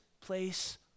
place